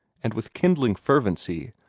and with kindling fervency,